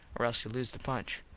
or else you lose the punch.